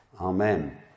Amen